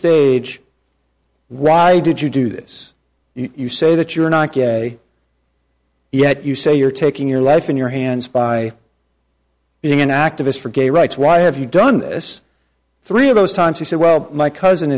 stage why did you do this you say that you're not yet you say you're taking your life in your hands by being an activist for gay rights why have you done this three of those times he said well my cousin